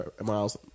miles